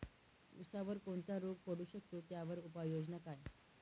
ऊसावर कोणता रोग पडू शकतो, त्यावर उपाययोजना काय?